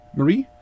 Marie